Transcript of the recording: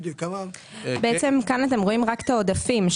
כאן אתם רואים רק את העודפים.